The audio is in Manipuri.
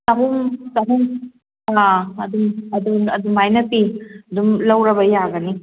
ꯆꯍꯨꯝ ꯆꯍꯨꯝ ꯑꯗꯨꯝ ꯑꯗꯨꯃꯥꯏꯅ ꯄꯤ ꯑꯗꯨꯝ ꯂꯧꯔꯕ ꯌꯥꯒꯅꯤ